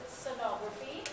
sonography